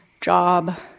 job